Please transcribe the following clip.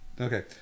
Okay